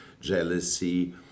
jealousy